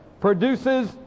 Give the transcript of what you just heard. produces